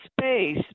space